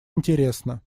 интересна